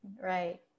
Right